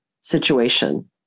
situation